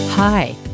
Hi